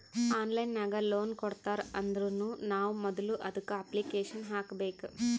online ನಾಗ್ loan ಕೊಡ್ತಾರ್ ಅಂದುರ್ನು ನಾವ್ ಮೊದುಲ ಅದುಕ್ಕ ಅಪ್ಲಿಕೇಶನ್ ಹಾಕಬೇಕ್